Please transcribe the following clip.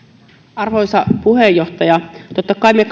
arvoisa puheenjohtaja totta kai me